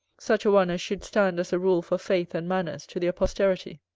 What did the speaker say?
such a one as should stand as a rule for faith and manners to their posterity.